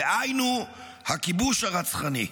דהיינו הכיבוש הרצחני.